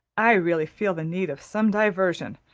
i really feel the need of some diversion,